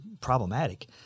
problematic